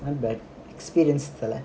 not bad experience போல:pola